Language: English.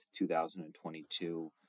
2022